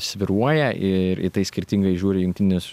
svyruoja ir į tai skirtingai žiūri jungtinės